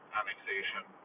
annexation